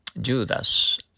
Judas